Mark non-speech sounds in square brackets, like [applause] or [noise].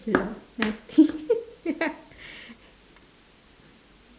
nothing [laughs]